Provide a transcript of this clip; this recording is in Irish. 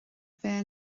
bheith